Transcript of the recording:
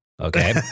Okay